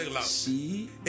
see